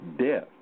death